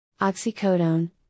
oxycodone